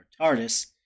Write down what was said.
TARDIS